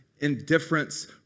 indifference